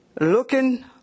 looking